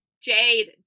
Jade